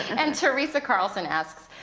and theresa carlson asks,